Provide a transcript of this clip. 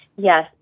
Yes